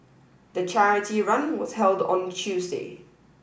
the charity run was held on Tuesday